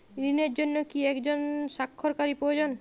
ঋণের জন্য কি একজন স্বাক্ষরকারী প্রয়োজন?